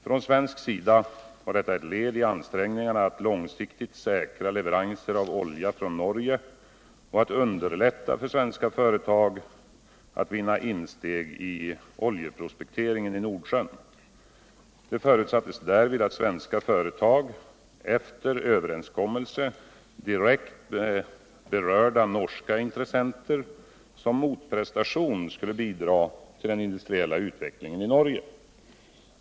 Från svensk sida var detta ett led i ansträngningarna att långsiktigt säkra leveranser av olja från Norge och att underlätta för svenska företag att vinna insteg i oljeprospekteringen i Nordsjön. Det förutsattes därvid att svenska företag, efter överenskommelse direkt med berörda norska intressenter, som motprestation skulle bidra till den industriella utvecklingen i Norge.